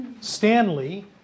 Stanley